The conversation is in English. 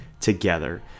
together